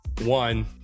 One